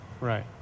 right